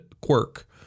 quirk